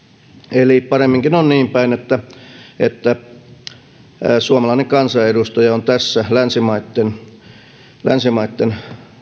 eli paremminkin on niin päin että että suomalainen kansanedustaja on tässä länsimaitten länsimaitten